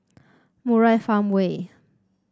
Murai Farmway